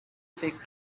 fig